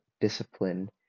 discipline